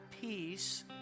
peace